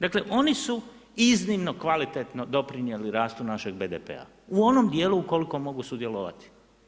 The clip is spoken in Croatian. Dakle, oni su iznimno kvalitetno doprinijeli rastu našeg BDP u onom djelu u kolikom mogu sudjelovati.